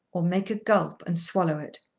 or make a gulp and swallow it?